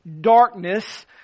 darkness